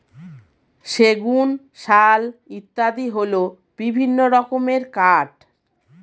সেগুন, শাল ইত্যাদি হল বিভিন্ন রকমের কাঠ